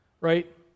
right